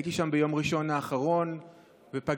הייתי שם ביום ראשון האחרון ופגשתי,